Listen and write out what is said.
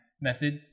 method